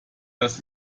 das